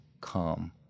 calm